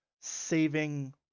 saving